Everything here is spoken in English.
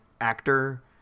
actor